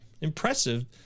impressive